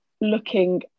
looking